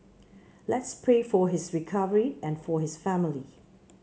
let's pray for his recovery and for his family